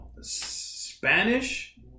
Spanish